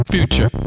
future